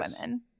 women